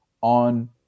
on